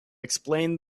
explained